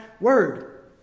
word